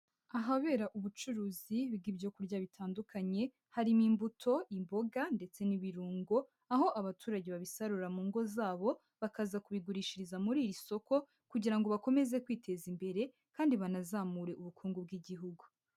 Ahabera ubucuruzi bw'ibyo kurya bitandukanye harimo, imbuto, imboga ndetse n'ibirungo aho abaturage babisarura mu ngo zabo bakaza kubigurishiriza muri iri soko kugira ngo bakomeze kwiteza imbere kandi banazamure ubukungu bw'igihugu.